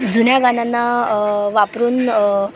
जुन्या गाण्यांना वापरुन